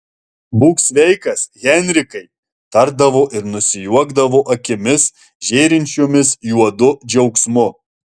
būk sveikas henrikai tardavo ir nusijuokdavo akimis žėrinčiomis juodu džiaugsmu